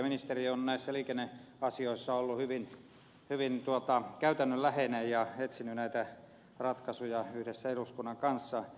ministeri on näissä liikenneasioissa ollut hyvin käytännönläheinen ja etsinyt näitä ratkaisuja yhdessä eduskunnan kanssa